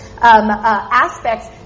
aspects